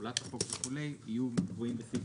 תכולת החוק וכולי יהיו קבועים בסעיף